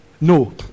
No